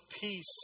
Peace